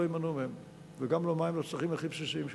יימנעו מהם וגם לא מים לצרכים הכי בסיסיים שלהם.